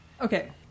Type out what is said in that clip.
Okay